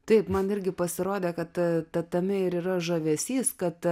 tai man irgi pasirodė kad ta tame ir yra žavesys kad